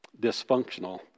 dysfunctional